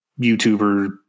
YouTuber